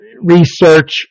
research